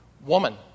woman